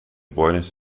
buenos